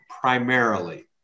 primarily